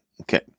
Okay